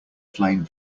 flame